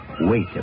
wait